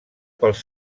pels